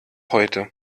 heute